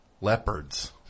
leopards